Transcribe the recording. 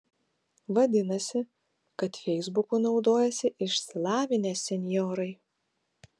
vadinasi kad feisbuku naudojasi išsilavinę senjorai